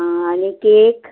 आं आनी केक